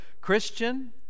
Christian